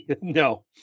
No